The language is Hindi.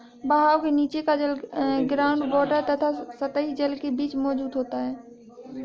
बहाव के नीचे का जल ग्राउंड वॉटर तथा सतही जल के बीच मौजूद होता है